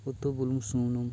ᱩᱛᱩ ᱵᱩᱞᱩᱝ ᱥᱩᱱᱩᱢ